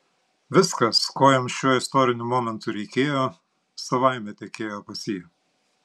viskas ko jam šiuo istoriniu momentu reikėjo savaime tekėjo pas jį